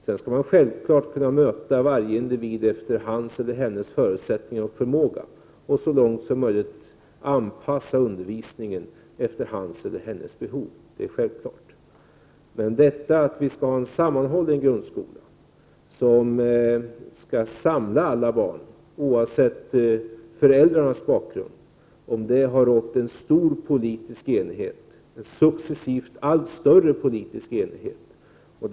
Sedan skall man självfallet möta varje individ efter hans eller hennes förutsättningar och förmåga och så långt som möjligt anpassa undervisningen efter hans eller hennes behov. Att vi skall ha en sammanhållen grundskola som skall samla alla barn, oavsett föräldrarnas bakgrund, har det rått en successivt allt större politisk enighet om.